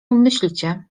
myślicie